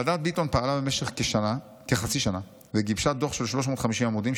ועדת ביטון פעלה במשך כחצי שנה וגיבשה דוח של 350 עמודים,